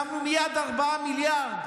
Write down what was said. שמנו מייד 4 מיליארד.